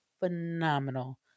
phenomenal